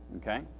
okay